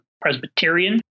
Presbyterian